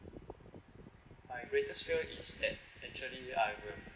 my greatest fear is that actually I will